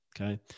okay